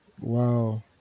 Wow